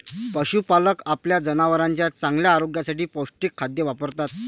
पशुपालक आपल्या जनावरांच्या चांगल्या आरोग्यासाठी पौष्टिक खाद्य वापरतात